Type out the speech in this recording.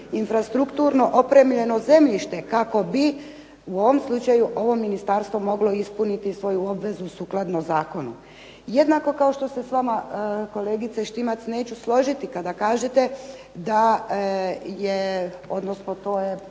infrastrukturno opremljeno zemljište kako bi u ovom slučaju ovo ministarstvo moglo ispuniti svoju obvezu sukladno zakonu. Jednako kao što se s vama, kolegice Šimac, neću složiti kada kažete da je, odnosno to je